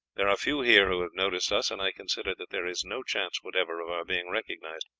there are few here who have noticed us, and i consider that there is no chance whatever of our being recognized.